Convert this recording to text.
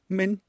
men